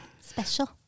Special